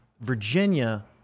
Virginia